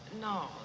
no